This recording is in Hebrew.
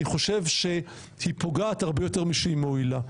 חושב שהיא פוגעת הרבה יותר משהיא מועילה.